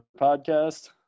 podcast